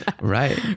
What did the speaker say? Right